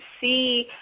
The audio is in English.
see